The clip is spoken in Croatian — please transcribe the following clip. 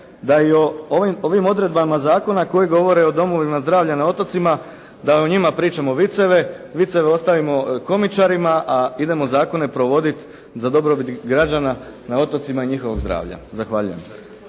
da ovim odredbama zakona koji govore o domovima zdravlja na otocima da i o njima pričamo viceve. Viceve ostavimo komičarima, a idemo zakone provoditi za dobrobit građana na otocima i njihovog zdravlja. Zahvaljujem.